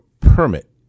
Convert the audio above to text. permit